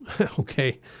okay